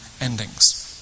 endings